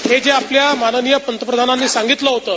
हे जे आपल्या माननिय पतप्रधानांनी सांगितलं होतं